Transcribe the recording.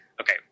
Okay